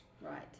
Right